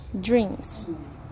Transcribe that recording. Dreams